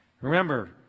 Remember